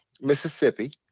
Mississippi